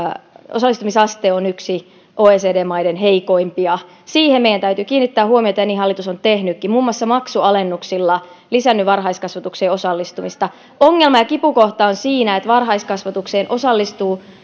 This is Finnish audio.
osallistumisaste on yksi oecd maiden heikoimpia siihen meidän täytyy kiinnittää huomiota ja niin hallitus on tehnytkin muun muassa maksualennuksilla lisännyt varhaiskasvatukseen osallistumista ongelma ja kipukohta on siinä että varhaiskasvatukseen osallistuvat